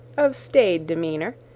of staid demeanour,